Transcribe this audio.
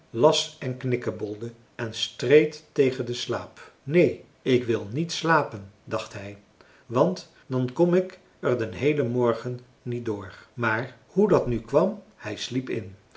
las en knikkebolde en streed tegen den slaap neen ik wil niet slapen dacht hij want dan kom ik er den heelen morgen niet door maar hoe dat nu kwam hij sliep in